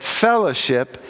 fellowship